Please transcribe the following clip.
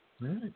right